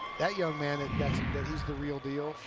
that young man and that he's the real deal.